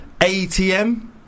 ATM